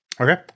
Okay